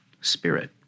spirit